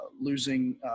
losing –